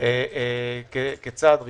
כצעד ראשון,